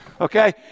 Okay